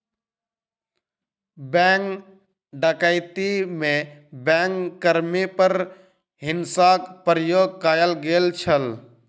bank डकैती में bank कर्मी पर हिंसाक प्रयोग कयल गेल छल